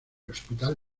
hospital